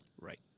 Right